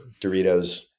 Doritos